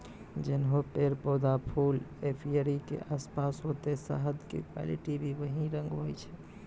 जैहनो पेड़, पौधा, फूल एपीयरी के आसपास होतै शहद के क्वालिटी भी वही रंग होय छै